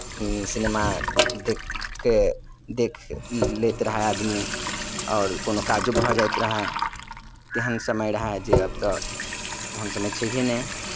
cinema देखि कऽ देखि लैत रहय आदमी आओर कोनो काजो भऽ जाइत रहय तेहन समय रहय जे आब तऽ ओहन समय छैहे नहि